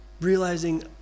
realizing